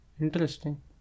interesting